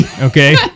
Okay